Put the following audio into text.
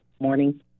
morning